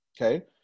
Okay